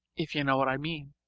if you know what i mean.